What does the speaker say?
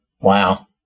Wow